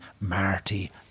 Marty